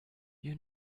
you